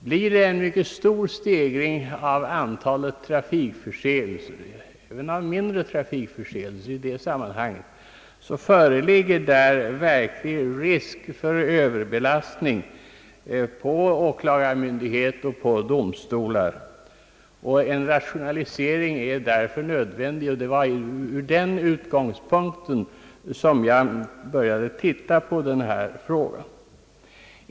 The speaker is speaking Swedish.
Blir det en mycket stor stegring av antalet mindre trafikförseelser i detta sammanhang föreligger det verklig risk för överbelastning på åklagarmyndigheter och på domstolar, och en rationalisering är därför nödvändig. Det var med detta som utgångspunkt som jag började intressera mig för dessa frågor.